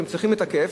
הם צריכים לתקף,